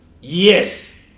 Yes